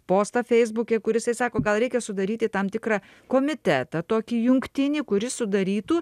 postą feisbuke kur jisai sako gal reikia sudaryti tam tikrą komitetą tokį jungtinį kuris sudarytų